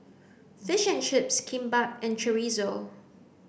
fish and chips Kimbap and Chorizo